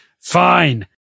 Fine